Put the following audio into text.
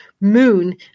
moon